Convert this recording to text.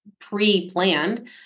pre-planned